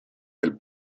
del